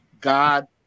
God